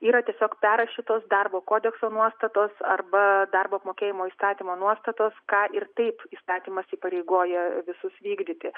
yra tiesiog perrašytos darbo kodekso nuostatos arba darbo apmokėjimo įstatymo nuostatos ką ir taip įstatymas įpareigoja visus vykdyti